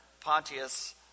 Pontius